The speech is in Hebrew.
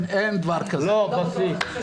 לא, בסיס.